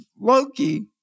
Loki